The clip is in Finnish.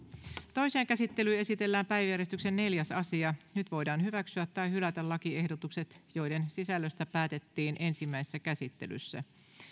toiseen käsittelyyn esitellään päiväjärjestyksen neljäs asia nyt voidaan hyväksyä tai hylätä lakiehdotukset joiden sisällöstä päätettiin ensimmäisessä käsittelyssä